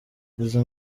izo